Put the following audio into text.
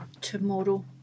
tomorrow